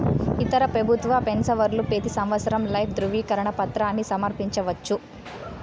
ఇతర పెబుత్వ పెన్సవర్లు పెతీ సంవత్సరం లైఫ్ దృవీకరన పత్రాని సమర్పించవచ్చు